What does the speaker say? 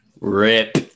Rip